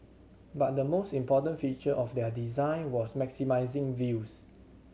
but the most important feature of their design was maximising views